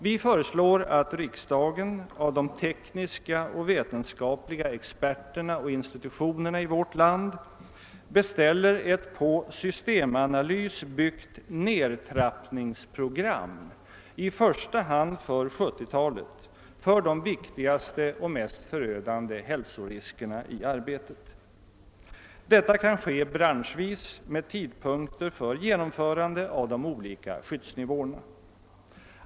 Vi föreslår att riksdagen av de tekniska och vetenskapliga experterna och institutionerna i vårt land beställer ett på systemanalys byggt nedtrappningsprogram — i första hand för 1970-talet — för de viktigaste och mest förödande hälsoriskerna i arbetet. Det ta kan ske branschvis med tidpunkter för genomförande av de olika skyddsnivåerna.